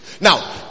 Now